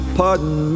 pardon